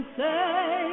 say